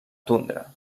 tundra